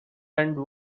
end